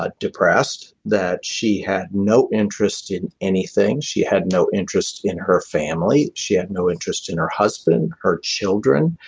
ah depressed, that she had no interest in anything. she had no interest in her family. she had no interest in her husband her children.